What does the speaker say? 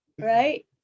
Right